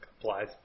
applies